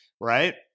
right